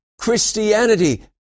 Christianity